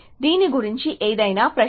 దీని గురించి ఏదైనా ప్రశ్న